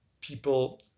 people